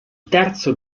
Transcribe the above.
terzo